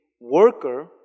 worker